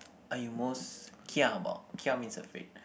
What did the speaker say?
are you most kia about kia means afraid